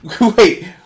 wait